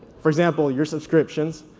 for example, your subscriptions,